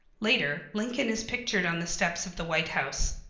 later lincoln is pictured on the steps of the white house.